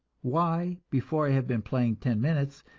why, before i have been playing ten minutes,